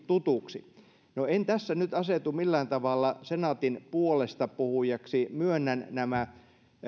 tutuksi no en tässä nyt asetu millään tavalla senaatin puolestapuhujaksi myönnän nämä